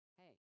hey